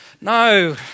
No